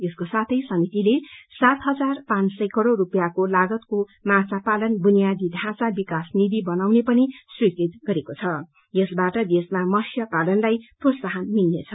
यसको साथै समितिलेसात हजार पाँच सय करोड़ रूपियाँको लागतको माछा पालन बुनियादी ढ़ाँचा विकास निधि बनाउने पनि स्वीकृत गरेको छं यसबाट देशमा मत्स्य पालनलाई प्रोत्साहन मिल्नेछ